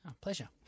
Pleasure